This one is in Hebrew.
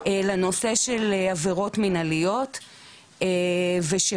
לנושא של עבירות מנהליות ושבעצם,